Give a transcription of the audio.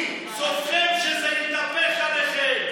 סופכם שזה יתהפך עליכם.